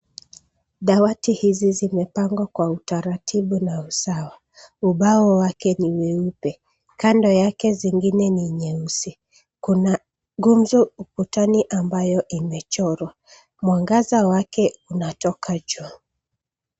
Dawati hizi zimepangwa kwa utaratibu na usawa. Ubao wake ni mweupe. Kando yake zingine ni nyeusi. Kuna gumzo ukutani ambayo kimechorwa. Mwangaza wake unatoka juu.